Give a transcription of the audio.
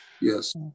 Yes